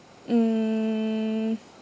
mm